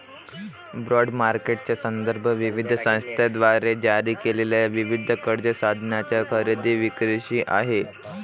bond मार्केटचा संदर्भ विविध संस्थांद्वारे जारी केलेल्या विविध कर्ज साधनांच्या खरेदी विक्रीशी आहे